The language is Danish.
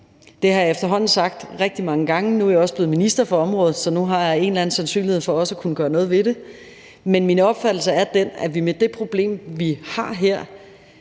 Det har jeg efterhånden sagt rigtig mange gange, og nu er jeg også blevet minister for området, så nu har jeg en eller anden sandsynlighed for også at kunne gøre noget ved det. Men min opfattelse er den, at nok kan vi med det problem, vi har her,